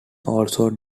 also